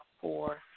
four